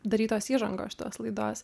darytos įžangos šitos laidos